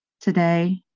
Today